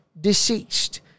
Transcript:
deceased